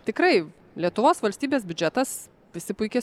tikrai lietuvos valstybės biudžetas visi puikiai